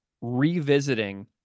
revisiting